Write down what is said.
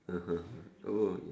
(uh huh) oh ya